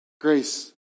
grace